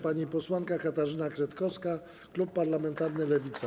Pani posłanka Katarzyna Kretkowska, klub parlamentarny Lewica.